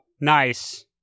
Nice